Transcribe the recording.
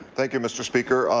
thank you mr. speaker.